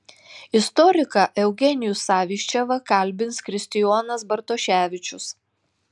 istoriką eugenijų saviščevą kalbins kristijonas bartoševičius